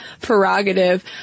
prerogative